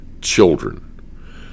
children